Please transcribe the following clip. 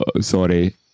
Sorry